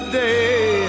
day